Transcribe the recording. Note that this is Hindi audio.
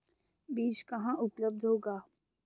बीज कहाँ उपलब्ध होगा?